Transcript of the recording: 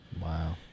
Wow